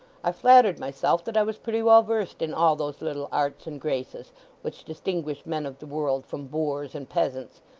i flattered myself that i was pretty well versed in all those little arts and graces which distinguish men of the world from boors and peasants,